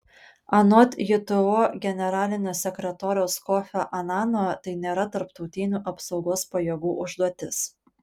anot jto generalinio sekretoriaus kofio anano tai nėra tarptautinių apsaugos pajėgų užduotis